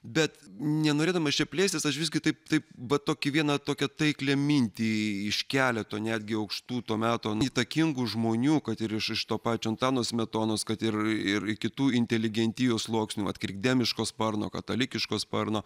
bet nenorėdamas čia plėstis aš visgi taip taip va tokį vieną tokią taiklią mintį iš keleto netgi aukštų to meto įtakingų žmonių kad ir iš to pačio antano smetonos kad ir ir kitų inteligentijos sluoksnių vat krikdemiško sparno katalikiško sparno